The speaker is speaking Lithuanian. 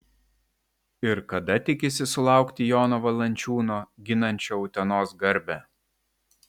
ir kada tikisi sulaukti jono valančiūno ginančio utenos garbę